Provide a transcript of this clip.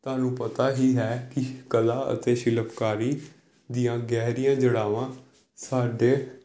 ਤੁਹਾਨੂੰ ਪਤਾ ਹੀ ਹੈ ਕਿ ਕਲਾ ਅਤੇ ਸ਼ਿਲਪਕਾਰੀ ਦੀਆਂ ਗਹਿਰੀਆਂ ਜੜ੍ਹਾਵਾਂ ਸਾਡੇ